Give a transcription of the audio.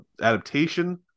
adaptation